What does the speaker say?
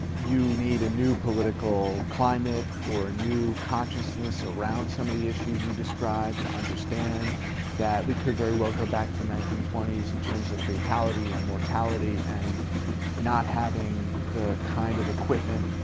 you need a new political climate, or a new consciousness around some of the issues you describe, to understand that we could very well go back to the nineteen twenty s in terms of fatality and mortality and not having the kind of equipment,